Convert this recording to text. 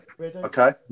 Okay